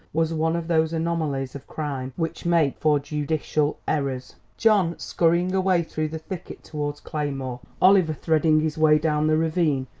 was one of those anomalies of crime which make for judicial errors. john skurrying away through the thicket towards claymore, oliver threading his way down the ravine,